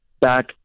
back